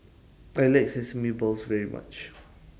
I like Sesame Balls very much